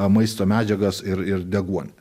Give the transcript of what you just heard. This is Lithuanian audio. maisto medžiagas ir ir deguonį